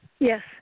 Yes